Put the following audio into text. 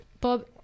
bob